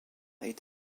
est